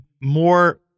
more